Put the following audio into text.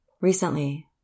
Recently